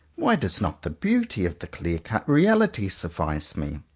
why does not the beauty of the clear-cut reality suffice me,